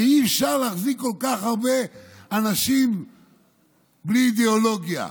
הרי אי-אפשר להחזיק כל כך הרבה אנשים בלי אידיאולוגיה.